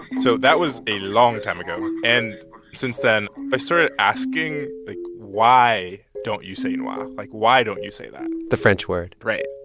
so that was a long time ago. and since then, i started asking why don't you say and noir? like, why don't you say that? the french word right.